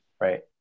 Right